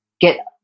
get